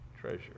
treasure